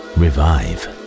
revive